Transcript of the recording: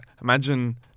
imagine